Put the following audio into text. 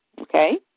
okay